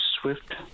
swift